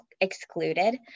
excluded